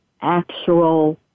actual